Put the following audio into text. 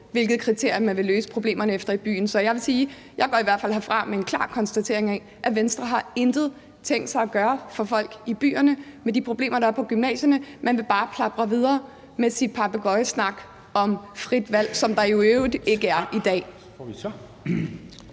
efter i byen for at løse problemerne. Så jeg vil sige, at jeg i hvert fald går herfra med en klar konstatering af, at Venstre intet har tænkt sig at gøre for folk i byerne med de problemer, der er på gymnasierne; man vil bare plapre videre med sin papegøjesnak om frit valg – som der jo i øvrigt ikke er i dag.